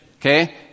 okay